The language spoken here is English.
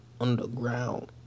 underground